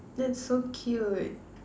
that's so cute